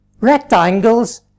rectangles